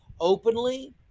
openly